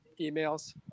emails